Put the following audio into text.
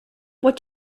what